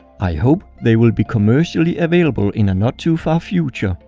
i hope they will be commercially available in a not too far future.